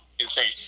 insane